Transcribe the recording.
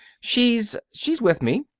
she's she's with me.